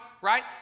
right